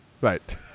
Right